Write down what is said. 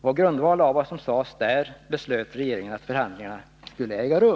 På grundval av vad som sades där beslöt regeringen att förhandlingarna skulle äga rum.